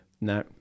No